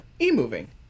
e-moving